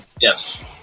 yes